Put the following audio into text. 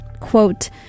Quote